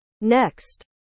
Next